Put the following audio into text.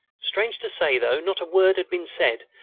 strange to say, though not a word had been said,